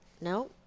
No